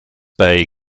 bay